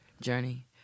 journey